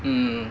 mm